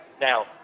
Now